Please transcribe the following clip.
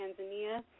tanzania